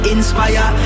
Inspire